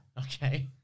Okay